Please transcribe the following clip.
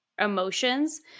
emotions